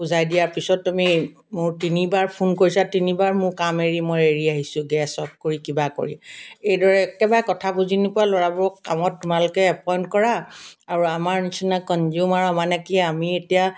বুজাই দিয়া পিছত তুমি মোৰ তিনিবাৰ ফোন কৰিছা তিনিবাৰ মোৰ কাম এৰি মই এৰি আহিছোঁ গেছ অফ কৰি কিবা কৰি এইদৰে একেবাৰে কথা বুজি নোপোৱা ল'ৰাবোৰক কামত তোমালোকে এপইন্ট কৰা আৰু আমাৰ নিচিনা কনজিউমাৰ মানে কি আমি এতিয়া